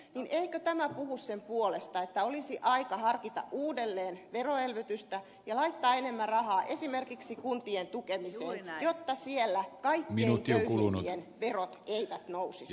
eikö tämä puhu sen puolesta että olisi aika harkita uudelleen veroelvytystä ja laittaa enemmän rahaa esimerkiksi kuntien tukemiseen jotta siellä kaikkein köyhimpien verot eivät nousisi